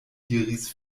diris